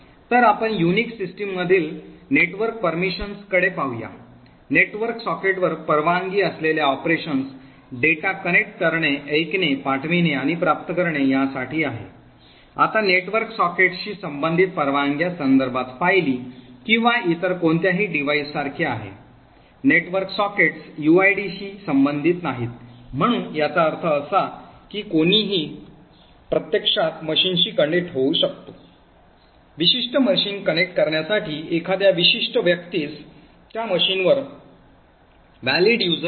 तर आपण युनिक्स सिस्टममधील नेटवर्क परवानग्याकडे पाहूया नेटवर्क सॉकेटवर परवानगी असलेल्या ऑपरेशन्स डेटा कनेक्ट करणे ऐकणे पाठविणे आणि प्राप्त करणे यासाठी आहे आता नेटवर्क सॉकेट्सशी संबंधित परवानग्या संदर्भात फायली किंवा इतर कोणत्याही डिव्हाइससारखे आहे नेटवर्क सॉकेट्स uids शी संबंधित नाहीत म्हणून याचा अर्थ असा की कोणीही प्रत्यक्षात मशीनशी कनेक्ट होऊ शकतो विशिष्ट मशीन कनेक्ट करण्यासाठी एखाद्या विशिष्ट व्यक्तीस त्या मशीनवर valid user account असणे आवश्यक नाही